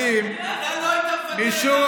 אתה לא היית מפטר את המנכ"ל ככה.